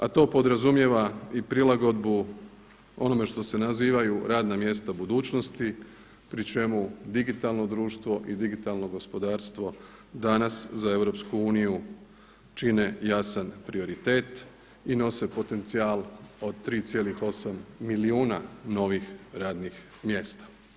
A to podrazumijeva i prilagodbu onome što se nazivaju radna mjesta budućnosti pri čemu digitalno društvo i digitalno gospodarstvo danas za EU čine jasan prioritet i nose potencijal od 3,8 milijuna novih radnih mjesta.